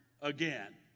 again